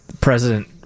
president